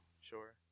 sure